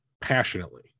passionately